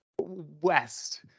west